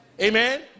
amen